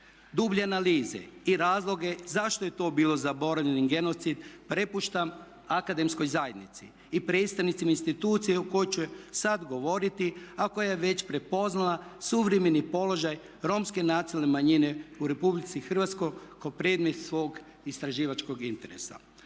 Dublje analize i razloge zašto je to bilo zaboravljen genocid prepuštam akademskoj zajednici i predstavnicima institucije o kojoj ću sada govoriti a koja je već prepoznala suvremeni položaj Romske nacionalne manjine u Republici Hrvatskoj kao predmet svog istraživačkog interesa.